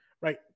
Right